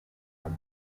from